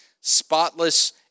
spotless